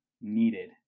needed